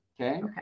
Okay